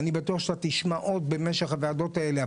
ואני בטוח שאתה תשמע עוד במשך הוועדות האלה.